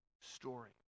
story